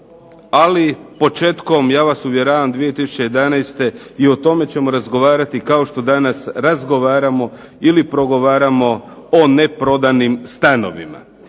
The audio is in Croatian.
ali početkom ja vas uvjeravam 2011. i o tome ćemo razgovarati kao što danas razgovaramo ili progovaramo o neprodanim stanovima.